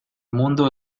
mundo